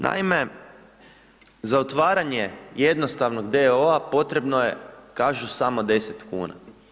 Naime, za otvaranje jednostavnog d.o.o. potrebno je kažu samo 10 kn.